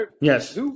Yes